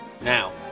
Now